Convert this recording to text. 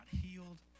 healed